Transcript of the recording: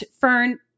fern